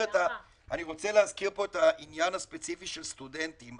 פה את העניין הספציפי של הסטודנטים.